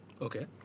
Okay